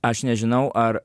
aš nežinau ar